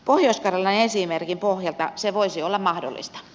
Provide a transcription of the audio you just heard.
pohjois karjalan esimerkin pohjalta se voisi olla mahdollista